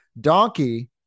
Donkey